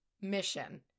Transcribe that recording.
mission